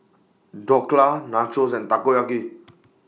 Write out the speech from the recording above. Dhokla Nachos and Takoyaki